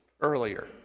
earlier